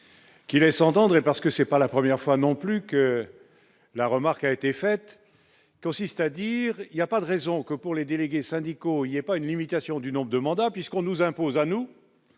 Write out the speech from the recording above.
Qui laisse entendre et parce que c'est pas la première fois, non plus que la remarque a été faite consiste à dire : il y a pas de raison que pour les délégués syndicaux, il y a pas une limitation du nombre de mandats, puisqu'on nous impose à nous,